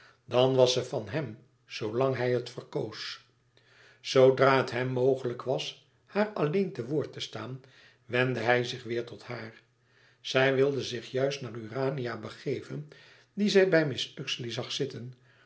dan was ze van hem zoolang hij het verkoos zoodra het hem mogelijk was haar alleen te woord te staan wendde hij zich weêr tot haar zij wilde zich juist naar urania begeven die zij bij mrs uxeley zag zitten